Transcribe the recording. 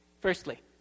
Firstly